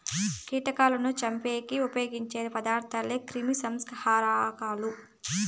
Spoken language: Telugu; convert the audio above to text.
కీటకాలను చంపేకి ఉపయోగించే పదార్థాలే క్రిమిసంహారకాలు